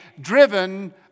driven